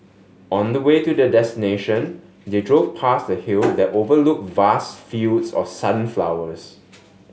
on the way to their destination they drove past a hill that overlooked vast fields of sunflowers